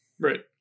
right